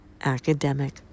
Academic